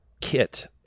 kit